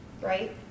right